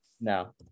No